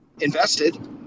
invested